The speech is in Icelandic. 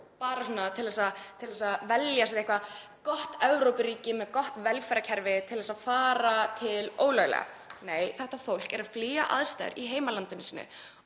bara til að velja sér eitthvert gott Evrópuríki með gott velferðarkerfi til að fara til ólöglega. Nei, þetta fólk er að flýja aðstæður í heimalandi sínu.